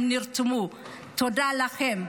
תודה לכם.